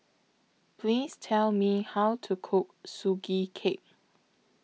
Please Tell Me How to Cook Sugee Cake